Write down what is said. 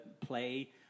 play